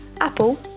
Apple